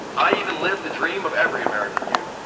i even lived the dream of every american youth,